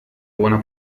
buena